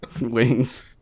Wings